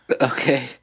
Okay